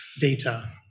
data